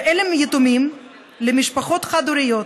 ואלה הם יתומים למשפחות חד-הוריות,